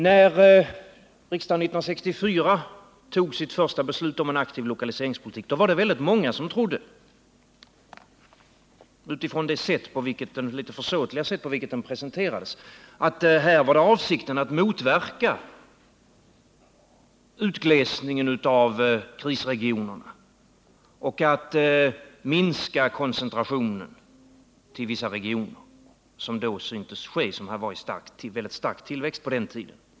När riksdagen 1964 tog sitt första beslut om en aktiv lokaliseringspolitik trodde väldigt många utifrån det litet försåtliga sätt, på vilket den presenterades, att avsikten var att motverka utglesningen av krisregionerna och att minska koncentrationen, som då syntes ske, till vissa regioner, som på den tiden — till skillnad från nu — var i väldigt stark tillväxt.